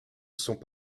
sont